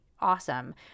awesome